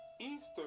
Easter